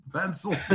pencil